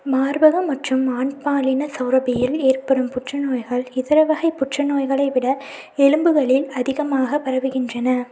மார்பகம் மற்றும் ஆண் பாலின சுரப்பியில் ஏற்படும் புற்றுநோய்கள் இதர வகை புற்று நோய்களை விட எலும்புகளில் அதிகமாகப் பரவுகின்றன